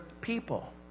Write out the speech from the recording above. people